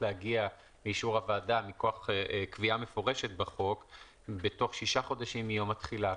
להגיע לאישור הוועדה מכוח קביעה מפורשת בחוק בתוך 6 חודשים מיום התחילה.